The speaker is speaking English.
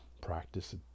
practice